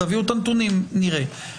תביאו את הנתונים, נראה.